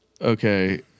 Okay